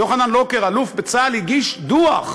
יוחנן לוקר, אלוף בצה"ל, הגיש דוח.